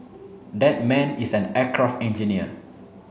that man is an aircraft engineer